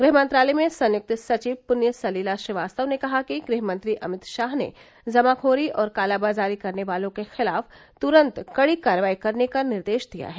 गृह मंत्रालय में संयुक्त सचिव पृण्य सलिला श्रीवास्तव ने कहा कि गृहमंत्री अमित शाह ने जमाखोरी और कालाबाजारी करने वालों के खिलाफ तुरंत कड़ी कार्रवाई करने का निर्देश दिया है